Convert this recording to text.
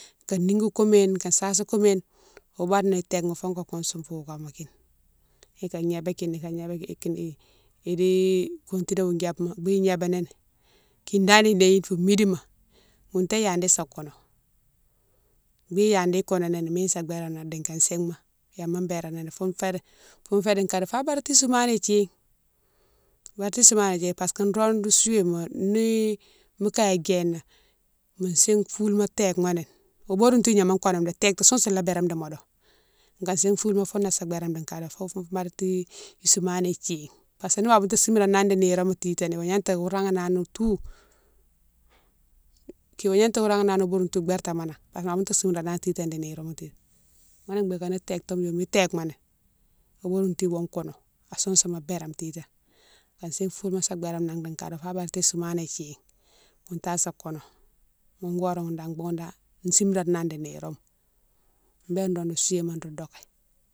Ka niguine kouméne, ka sasi kouméne wo bodone téke mi fou ka sousoune fougama kine ka gnébé kine ka gnébé kine idi foutou wo gnéma, bi gnébé ni ni kine dane idéye fou midima ghouté yadi isa kounou bi yadi kounini ni mine sa birane nan dika sig-ma yama birani ni foune fé di kado fa badati soumani thine, badati soumani thine parce que nro ro souwéma ni mo kaye djéna mo sighe foulama téke moni wo bodone tou gnama kouname dé téde sousoune la birame di modo ka sighe foulouma founé sa birame di kado fou foune badati soumana thine parce que nima bounta simranani di niroma titane wo gnata wo raghanani tou, wo gnata wo raghanani wo bodone tou bertamo nan parce que ma bounta simranani titane di niroma tibate, ghounné bigué tétoma ni téke moni wo bodone tou wo kounou a sousouma birame titane, ka sighe foulama sa birame nan di kado fa badati soumana thine, foune dane sa kounou, ghou horé ghoune dane boughoune dane simranani di niroma bélé nro souwéma nro doké.